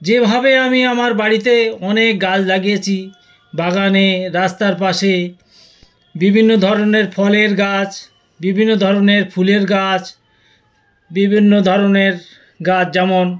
যেভাবে আমি আমার বাড়িতে অনেক গাছ লাগিয়েছি বাগানে রাস্তার পাশে বিভিন্ন ধরনের ফলের গাছ বিভিন্ন ধরনের ফুলের গাছ বিভিন্ন ধরনের গাছ যেমন